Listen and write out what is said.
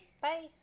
Bye